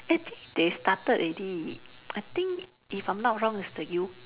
actually they started already I think if I'm not wrong it's the U